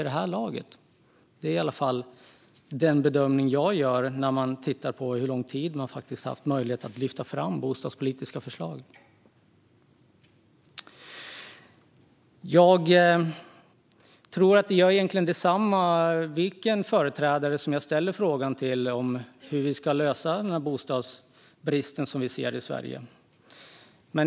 Det är i alla fall den bedömning jag gör när jag tittar på hur lång tid man faktiskt har haft möjlighet att lägga fram bostadspolitiska förslag. Jag tror att det egentligen gör detsamma vilken företrädare jag ställer frågan till om hur vi ska lösa den bostadsbrist vi ser i Sverige.